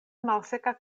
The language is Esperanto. malseka